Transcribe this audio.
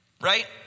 right